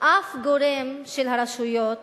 אף גורם של הרשויות